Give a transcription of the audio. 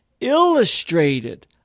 illustrated